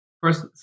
First